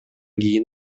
кийин